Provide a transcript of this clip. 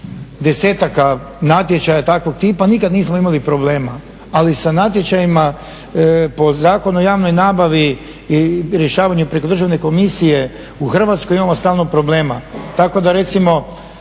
desetaka natječaja takvog tipa, nikad nismo imali problema, ali sa natječajima po Zakonu o javnoj nabavi i rješavanju preko Državne komisije u Hrvatskoj imamo stalno problema.